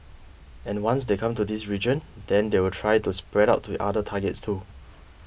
and once they come to this region then they will try to spread out to other targets too